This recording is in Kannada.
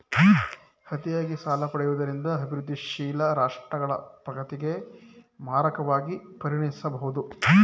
ಅತಿಯಾಗಿ ಸಾಲ ಪಡೆಯುವುದರಿಂದ ಅಭಿವೃದ್ಧಿಶೀಲ ರಾಷ್ಟ್ರಗಳ ಪ್ರಗತಿಗೆ ಮಾರಕವಾಗಿ ಪರಿಣಮಿಸಬಹುದು